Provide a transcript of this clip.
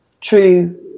true